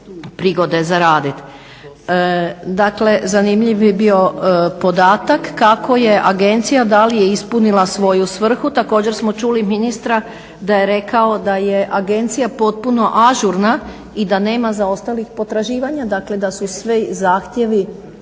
prigode zaraditi. Dakle zanimljiv bi bio podatak kako je agencija, da li je ispunila svoju svrhu, također smo čuli ministra da je rekao da je agencija potpuno ažurna i da nema zaostalih potraživanja, dakle da su svi zahtjevi